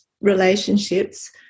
relationships